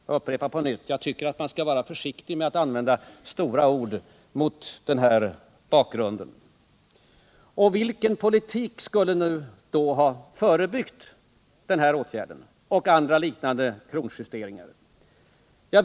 Jag upprepar att jag tycker att man mot denna bakgrund bör vara försiktig med att använda stora ord. Vilken politik skulle då ha kunnat förebygga den åtgärden eller andra liknande kronjusteringar?